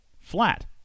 flat